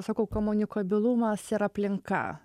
sakau komunikabilumas ir aplinka